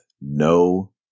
no